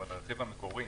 המחיר המקורי